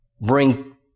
bring